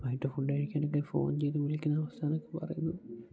ആയിട്ട് ഫുഡ് കഴിക്കാനൊക്കെ ഫോൺ ചെയ്തു വിളിക്കുന്ന അവസ്ഥയെന്നൊക്കെ പറയുന്നത്